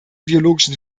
biologischen